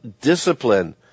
discipline